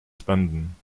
spenden